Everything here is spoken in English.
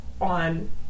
on